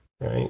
right